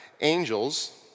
angels